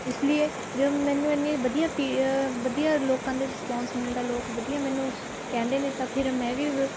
ਇਸ ਲੀਏ ਜਦੋਂ ਮੈਨੂੰ ਇੰਨੀ ਵਧੀਆ ਫੀਡ ਵਧੀਆ ਲੋਕਾਂ ਦੇ ਰਿਸਪੋਂਸ ਮਿਲਦਾ ਲੋਕ ਵਧੀਆ ਮੈਨੂੰ ਸ ਕਹਿੰਦੇ ਨੇ ਤਾਂ ਫਿਰ ਮੈਂ ਵੀ